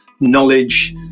knowledge